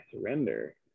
surrender